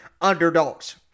underdogs